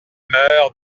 meurt